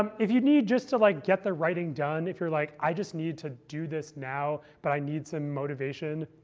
um if you need just to like get the writing done if you're like, i just need to do this now, but i need some motivation